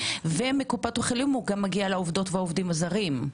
ומקופות החולים גם לעובדות ולעובדים הזרים?